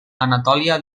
anatòlia